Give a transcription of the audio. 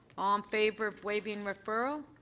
um favor of waiving referral.